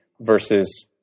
versus